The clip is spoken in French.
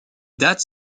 dates